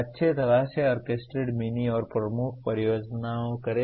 अच्छी तरह से ऑर्केस्ट्रेटेड मिनी और प्रमुख परियोजनाएं करें